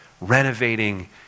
renovating